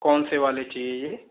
कौन से वाले चाहिए